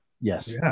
Yes